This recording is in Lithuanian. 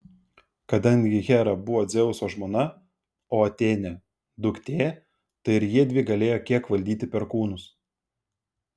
kadangi hera buvo dzeuso žmona o atėnė duktė tai ir jiedvi galėjo kiek valdyti perkūnus